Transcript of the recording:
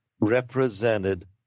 represented